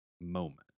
moment